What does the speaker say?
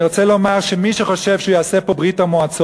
אני רוצה לומר שמי שחושב שהוא יעשה פה ברית-המועצות,